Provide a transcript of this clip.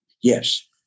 yes